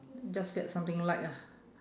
just get something light ah